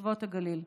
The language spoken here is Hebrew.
תושבות הגליל.